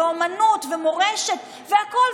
אומנות ומורשת והכול,